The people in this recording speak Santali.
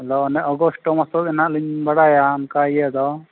ᱟᱫᱚ ᱚᱱᱮ ᱟᱜᱚᱥᱴ ᱢᱟᱥᱜᱮ ᱦᱟᱸᱜ ᱞᱤᱧ ᱵᱟᱲᱟᱭᱟ ᱚᱱᱠᱟ ᱤᱭᱟᱹ ᱫᱚ